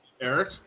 Eric